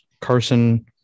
Carson